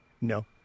No